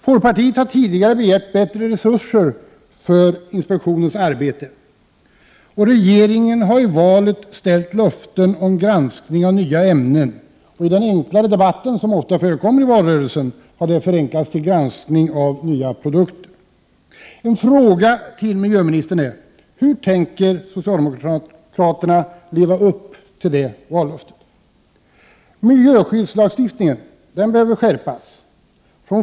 Folkpartiet har tidigare begärt bättre resurser för inspektionens arbete. Regeringen har i valrörelsen ställt ut löften om granskning av nya ämnen, och i den enklare debatten har detta ändrats till granskning av nya produkter. En fråga till miljöministern är: Hur tänker socialdemokraterna leva upp till det vallöftet? Miljöskyddslagstiftningen måste skärpas.